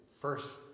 first